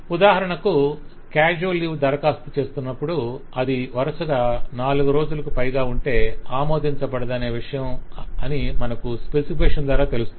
ఉదాహరణకు casual leave కోసం దరఖాస్తు చేస్తునప్పుడు అది వరుసగా 4 రోజులకు పైగా ఉంటే ఆమోదించబడదనే విషయం అని మనకు స్పెసిఫికేషన్ ద్వారా తెలుస్తుంది